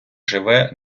живе